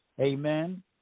Amen